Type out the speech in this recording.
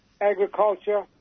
agriculture